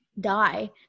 die